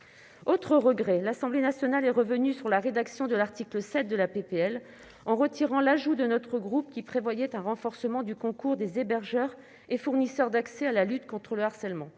Autre regret, l'Assemblée nationale est revenue sur la rédaction de l'article 7 de la proposition de loi, en retirant l'ajout de notre groupe qui prévoyait un renforcement du concours des hébergeurs et fournisseurs d'accès à la lutte contre le harcèlement.